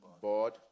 board